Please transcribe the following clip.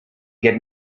get